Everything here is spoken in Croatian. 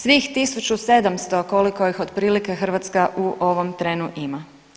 Svih 1 700 koliko ih otprilike Hrvatska u ovom trenu ima.